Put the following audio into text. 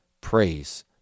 praise